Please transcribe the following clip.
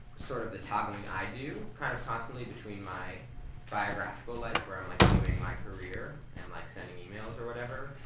sort of, the toddling i do, kind of, constantly between my biographical life where i'm, like, doing my career and, like, sending e-mails or whatever.